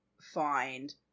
find